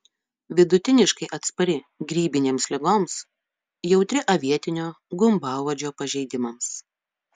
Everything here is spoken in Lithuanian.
vidutiniškai atspari grybinėms ligoms jautri avietinio gumbauodžio pažeidimams